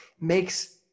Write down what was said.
makes